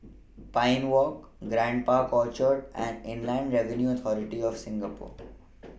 Pine Walk Grand Park Orchard and Inland Revenue Authority of Singapore